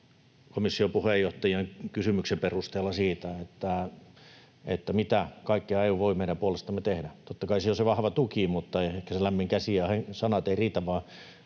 komission puheenjohtajan kysymyksen perusteella siihen, mitä kaikkea EU voi meidän puolestamme tehdä. Totta kai se on se vahva tuki, mutta ehkä se lämmin käsi ja sanat eivät riitä,